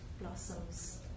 Blossoms